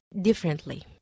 differently